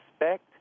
respect